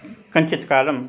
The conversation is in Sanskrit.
कञ्चित्कालं